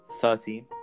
Thirteen